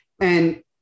And-